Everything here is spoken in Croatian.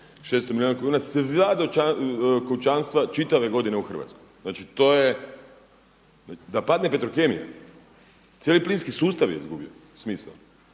600 milijuna kuna sva kućanstva čitave godine u Hrvatskoj. Znači to je, da padne Petrokemija, cijeli plinski sustav je izgubio smisao.